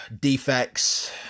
Defects